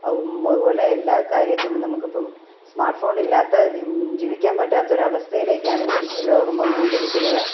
അതും അതുപോലെ എല്ലാ കാര്യത്തിനും നമുക്കിപ്പം സ്മാർട്ട്ഫോൺ ഇല്ലാത്ത ജീവിക്കാൻ പറ്റാത്ത ഒരു അവസ്ഥയിലേക്കാണ് ഇപ്പം ലോകം വന്നുകൊണ്ടിരിക്കുന്നത്